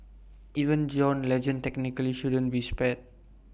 even John Legend technically shouldn't be spared